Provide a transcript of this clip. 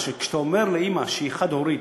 של חבר הכנסת מאיר שטרית.